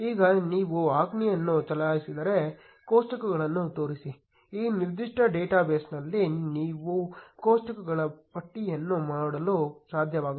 ಈಗ ನೀವು ಆಜ್ಞೆಯನ್ನು ಚಲಾಯಿಸಿದರೆ ಕೋಷ್ಟಕಗಳನ್ನು ತೋರಿಸಿ ಈ ನಿರ್ದಿಷ್ಟ ಡೇಟಾಬೇಸ್ನಲ್ಲಿ ನೀವು ಕೋಷ್ಟಕಗಳ ಪಟ್ಟಿಯನ್ನು ನೋಡಲು ಸಾಧ್ಯವಾಗುತ್ತದೆ